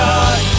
God